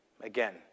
Again